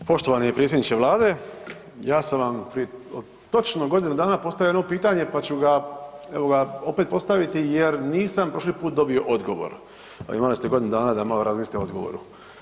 Poštovani predsjedniče vlade, ja sam vam prije točno godinu dana postavio jedno pitanje, pa ću ga, evo ga opet postaviti jer nisam prošli put dobio odgovor, a imali ste godinu dana da malo razmislite o odgovoru.